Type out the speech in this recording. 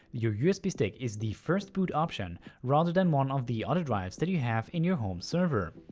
your usb stick is the first boot option rather than one of the other drives that you have in your home server.